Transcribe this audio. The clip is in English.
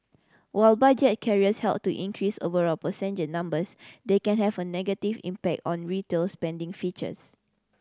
while budget carriers help to increase overall passenger numbers they can have a negative impact on retail spending features